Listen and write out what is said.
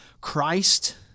Christ